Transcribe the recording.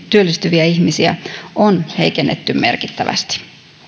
työllistyviä ihmisiä on heikennetty merkittävästi